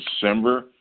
December